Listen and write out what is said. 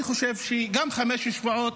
אני חושב שגם חמישה שבועות,